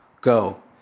Go